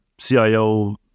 CIO